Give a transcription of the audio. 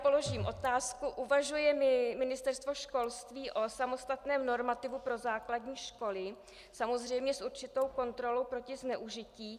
Položím otázku: Uvažuje Ministerstvo školství o samostatném normativu pro základní školy samozřejmě s určitou kontrolou proti zneužití?